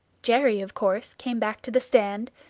jerry of course came back to the stand,